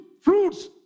fruits